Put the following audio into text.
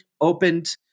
opened